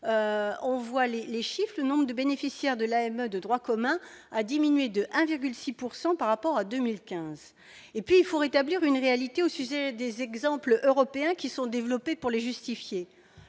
on voit les les chiffre le nombre de bénéficiaires de l'AME de droit commun, a diminué de 1,6 pourcent par rapport à 2015 et puis il faut rétablir une réalité aussi j'des exemples européens qui sont développés pour les justifier